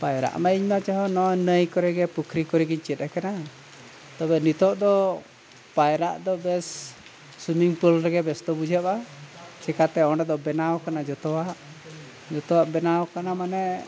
ᱯᱟᱭᱨᱟᱜ ᱢᱟ ᱤᱧ ᱢᱟ ᱪᱮᱦᱮ ᱱᱚᱜᱼᱚᱭ ᱱᱟᱹᱭ ᱠᱚᱨᱮ ᱜᱮ ᱯᱩᱠᱷᱨᱤ ᱠᱚᱨᱮ ᱜᱮᱧ ᱪᱮᱫ ᱟᱠᱟᱱᱟ ᱛᱚᱵᱮ ᱱᱤᱛᱳᱜ ᱫᱚ ᱯᱟᱭᱨᱟᱜ ᱫᱚ ᱵᱮᱥ ᱥᱩᱭᱢᱤᱝ ᱯᱩᱞ ᱨᱮᱜᱮ ᱵᱮᱥᱛᱚ ᱵᱩᱡᱷᱟᱹᱜᱼᱟ ᱪᱤᱠᱟᱹᱛᱮ ᱚᱸᱰᱮ ᱫᱚ ᱵᱮᱱᱟᱣ ᱠᱟᱱᱟ ᱡᱚᱛᱚᱣᱟᱜ ᱡᱚᱛᱚᱣᱟᱜ ᱵᱮᱱᱟᱣ ᱠᱟᱱᱟ ᱢᱟᱱᱮ